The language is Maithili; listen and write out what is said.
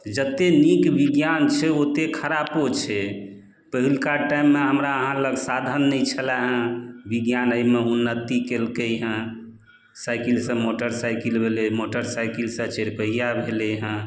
जते नीक विज्ञान छै ओते खरापो छै पहिलका टाइममे हमरा अहाँ लग साधन नहि छलए हँ विज्ञान एहिमे उन्नति केलकै हँ साइकिलसँ मोटरसाइकिल भेलै मोटरसाइकिलसँ चरिपहिया भेलै हँ